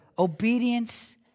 obedience